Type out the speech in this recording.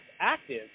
active